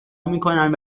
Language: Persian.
میکنن